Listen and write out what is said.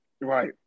right